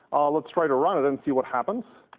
let's try to run it and see what happens.